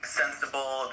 sensible